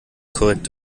korrekt